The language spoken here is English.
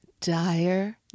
Dire